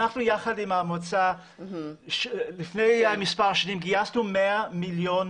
אנחנו יחד עם המועצה לפני מספר שנים גייסנו 100,000